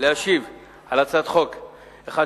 להשיב על הצעת חוק פ/1269,